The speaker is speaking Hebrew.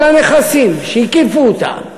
כל הנכסים שהקיפו אותה,